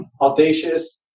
audacious